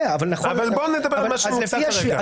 אבל נכון --- בוא נדבר על מה שמוצע כרגע.